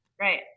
Right